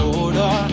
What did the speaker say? order